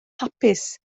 hapus